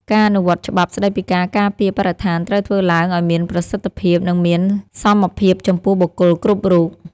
ការអនុវត្តច្បាប់ស្តីពីការការពារបរិស្ថានត្រូវធ្វើឡើងឱ្យមានប្រសិទ្ធភាព និងមានសមភាពចំពោះបុគ្គលគ្រប់រូប។